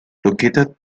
located